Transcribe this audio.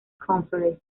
conference